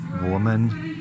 woman